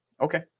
okay